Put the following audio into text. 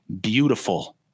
beautiful